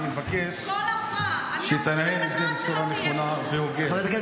אני מבקש שתנהל את זה בצורה נכונה והוגנת.